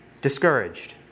discouraged